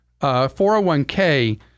401k